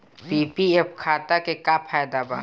PPF खाता के का फायदा बा?